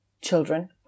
Children